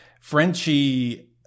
Frenchie